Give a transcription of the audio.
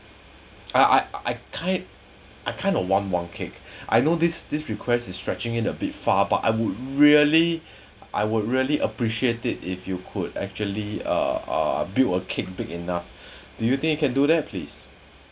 ah I I kind I kind of want one cake I know this this request is stretching it a bit far but I would really I would really appreciate it if you could actually uh uh build a cake big enough do you think you can do that please